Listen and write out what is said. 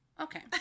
okay